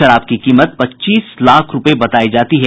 शराब की कीमत पच्चीस लाख रूपये बतायी जा रही है